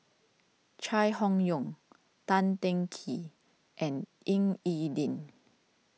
Chai Hon Yoong Tan Teng Kee and Ying E Ding